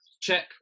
check